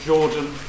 Jordan